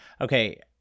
Okay